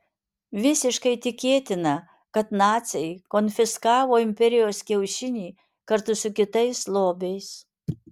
visiškai tikėtina kad naciai konfiskavo imperijos kiaušinį kartu su kitais lobiais